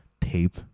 tape